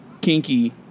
kinky